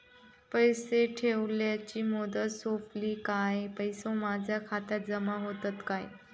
पैसे ठेवल्याची मुदत सोपली काय पैसे माझ्या खात्यात जमा होतात काय?